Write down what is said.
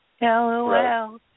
LOL